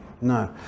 no